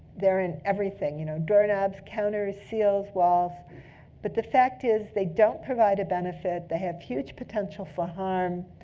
they're in everything you know doorknobs, counters, seals, walls but the fact is, they don't provide a benefit. they have huge potential for harm.